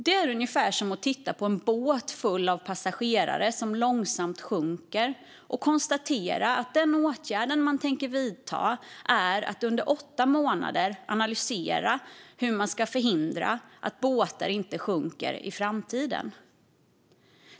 Det är ungefär som att titta på en båt full av passagerare som långsamt sjunker och konstatera att den åtgärd man tänker vidta är att under åtta månader analysera hur man ska förhindra att båtar sjunker i framtiden.